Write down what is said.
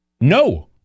No